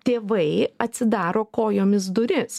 tėvai atsidaro kojomis duris